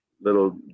little